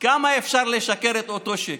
כמה אפשר לשקר את אותו שקר?